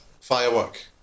firework